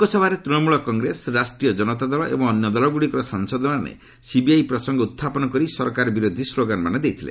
ଲୋକସଭାରେ ତୃଣମୂଳ କଂଗ୍ରେସ ରାଷ୍ଟ୍ରୀୟ ଜନତା ଦଳ ଏବଂ ଅନ୍ୟ ଦଳଗୁଡ଼ିକର ସାଂସଦମାନେ ସିବିଆଇ ପ୍ରସଙ୍ଗ ଉତ୍ଥାପନ କରି ସରକାର ବିରୋଧୀ ସ୍କୋଗାନମାନ ଦେଇଥିଲେ